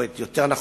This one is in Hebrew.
או יותר נכון,